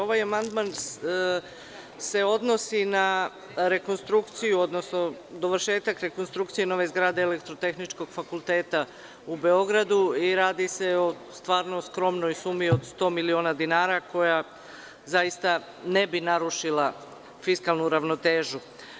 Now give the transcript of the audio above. Ovaj amandman se odnosi na rekonstrukciju, odnosno dovršetak rekonstrukcije nove zgrade Elektrotehničkog fakulteta u Beogradu i radi se o stvarno skromnom sumi od 100 miliona dinara, koja zaista ne bi narušila fiskalnu ravnotežu.